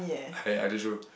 I I just rule